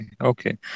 Okay